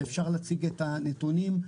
ואפשר להציג את הנתונים,